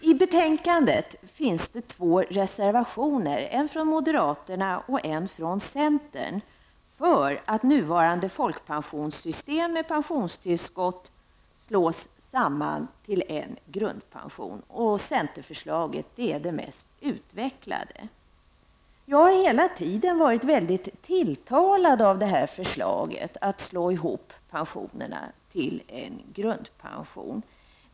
I betänkandet finns två reservationer, en från moderaterna och en från centern, för att nuvarande folkpensionssystem och pensionstillskott slås samman till en grundpension. Centerns förslag är det mest utvecklade. Jag har hela tiden varit väldigt tilltalad av förslaget att slå ihop pensionerna till en grundpension.